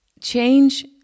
change